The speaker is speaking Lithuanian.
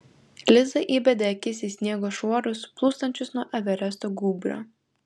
liza įbedė akis į sniego šuorus plūstančius nuo everesto gūbrio